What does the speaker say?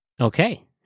Okay